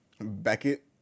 Beckett